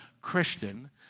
Christian